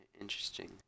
Interesting